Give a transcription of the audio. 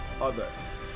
others